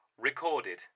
Recorded